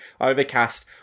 Overcast